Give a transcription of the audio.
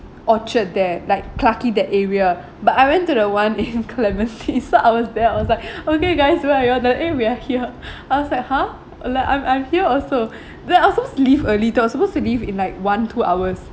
orchard there like clarke quay that area but I went to the one in clementi so I was there I was like okay guys where are you all then eh we are here I was like !huh! like I'm I'm here also then I was supposed to leave early too I was supposed to leave in like one two hours